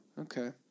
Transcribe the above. Okay